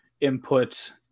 input